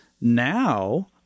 now